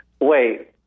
Wait